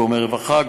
גורמי רווחה,